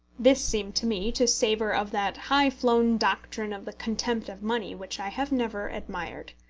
this seemed to me to savour of that high-flown doctrine of the contempt of money which i have never admired.